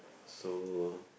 so